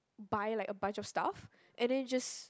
buy like a bunch of stuff and then just